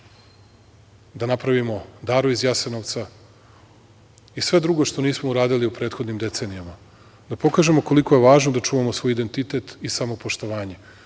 da napravimo „Daru iz Jasenovca“ i sve drugo što nismo uradili u prethodnim decenijama, da pokažemo koliko je važno da čuvamo svoj identitet i samopoštovanje. Ali,